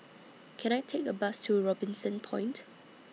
Can I Take A Bus to Robinson Point